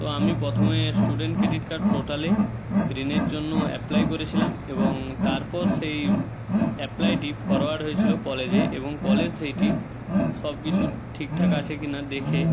তো আমি পথমে স্টুডেন্ট ক্রেডিট কার্ড পোর্টালে ঋণের জন্য অ্যাপলাই করেছিলাম এবং তারপর সেই অ্যাপলাইটি ফরওয়ার্ড হয়েছিলো কলেজে এবং কলেজ সেইটি সব কিছু ঠিকঠাক আছে কি না দেখে